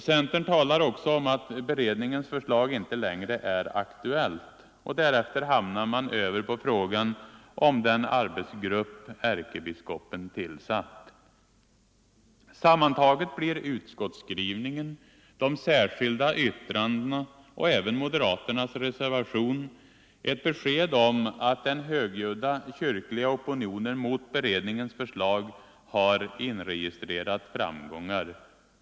Centern talar också om att beredningens förslag inte längre är aktuellt, och därefter hamnar man på frågan om den arbetsgrupp ärkebiskopen tillsatt. Sammantaget blir utskottsskrivningen, de särskilda yttrandena och även moderaternas reservation ett besked om att den högljudda kyrkliga opinionen mot beredningens förslag har inregistrerat framgångar.